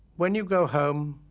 when you go home,